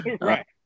right